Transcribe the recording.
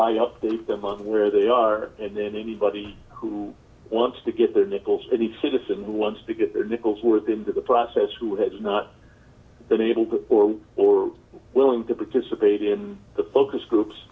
i update them on where they are and then anybody who wants to get their nickels any citizen who wants to get nickel's worth into the process who has not been able to or willing to participate in the focus groups